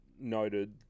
noted